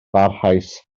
barhaus